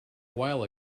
while